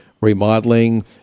remodeling